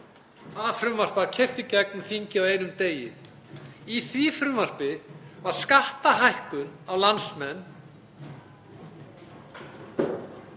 Það frumvarp var keyrt í gegnum þingið á einum degi. Í því frumvarpi var skattahækkun á landsmenn.